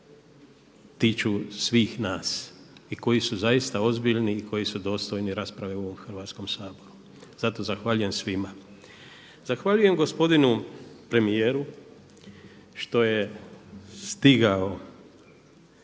tiču svih nas i koji su zaista ozbiljni i koji su dostojni rasprave u ovom Hrvatskom saboru. Zato zahvaljujem svima. Zahvaljujem gospodinu premijeru što je stigao